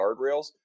guardrails